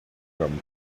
gum